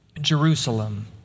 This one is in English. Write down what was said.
Jerusalem